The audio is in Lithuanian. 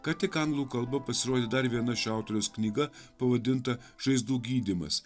ką tik anglų kalba pasirodė dar viena šio autoriaus knyga pavadinta žaizdų gydymas